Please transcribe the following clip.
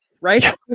right